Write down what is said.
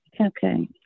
okay